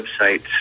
website's